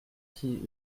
qui